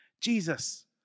Jesus